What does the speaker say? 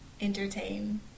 entertain